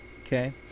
okay